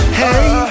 hey